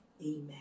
Amen